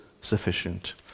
sufficient